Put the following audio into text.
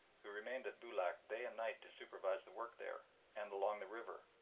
who remained at boulac day and night to supervise the work there and along the river,